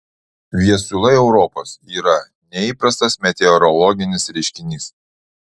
viesulai europos yra neįprastas meteorologinis reiškinys